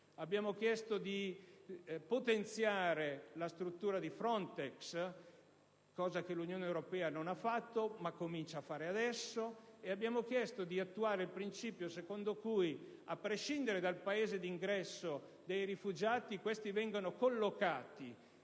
Abbiamo chiesto di potenziare la struttura di Frontex, cosa che l'Unione europea non ha fatto, ma comincia a fare ora, ed abbiamo chiesto di attuare il principio secondo cui, a prescindere dal Paese d'ingresso dei rifugiati, questi vengano collocati